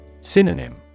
Synonym